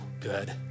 good